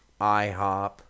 IHOP